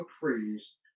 praise